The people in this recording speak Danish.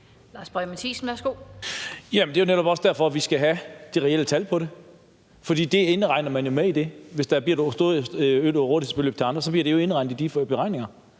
det er jo netop også derfor, at vi skal have det reelle tal på det; for det indregner man jo i det. Hvis der bliver et øget rådighedsbeløb til andre, bliver det jo regnet med i de beregninger.